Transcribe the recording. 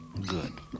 Good